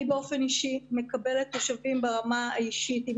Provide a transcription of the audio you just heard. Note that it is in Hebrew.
אני באופן אישי מקבלת תושבים ברמה האישית אם